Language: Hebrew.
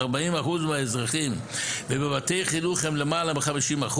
40% מהאזרחים ובבתי חינוך הם למעלה מ-50%,